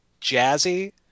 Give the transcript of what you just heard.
jazzy